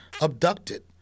abducted